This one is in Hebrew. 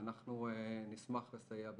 ואנחנו נשמח לסייע בזה.